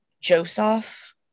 Joseph